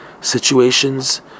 situations